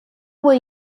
what